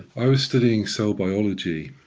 i was studying cell biology,